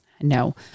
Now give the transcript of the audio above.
no